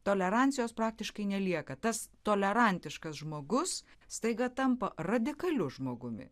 tolerancijos praktiškai nelieka tas tolerantiškas žmogus staiga tampa radikaliu žmogumi